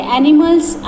animals